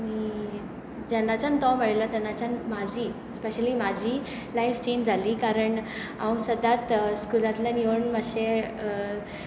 आनी जेन्नाच्यान तो मेळिल्लो तेन्नाच्यान म्हजी स्पेशली म्हजी लायफ चेंज जाल्ली कारण हांव सदाच स्कूलांतल्यान येवन मातशें